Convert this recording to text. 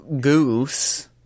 goose